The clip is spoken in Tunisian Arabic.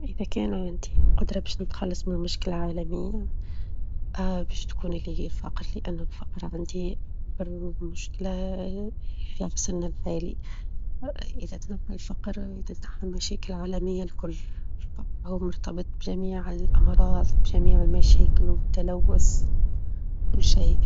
إذا كان عندي القدرة باش نتخلص من مشكلة عالمية باش تكون اللي هي الفقر؛ لأنه الفقر عندي أكبر مشكلة في عصرنا الحالي، إذا تنحى الفقر تتنحى المشاكل العالمية الكل، الفقر هو مرتبط بجميع الأمراظ، بجميع المشاكل، والتلوث، وكل شيء.